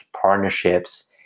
partnerships